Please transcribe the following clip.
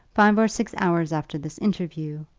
five or six hours after this interview,